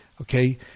okay